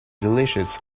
delicious